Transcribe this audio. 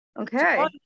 Okay